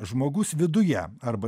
žmogus viduje arba